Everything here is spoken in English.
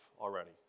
already